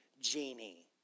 genie